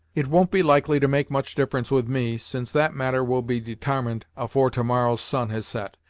it won't be likely to make much difference with me, since that matter will be detarmined afore to-morrow's sun has set,